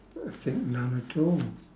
I think none at all